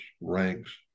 ranks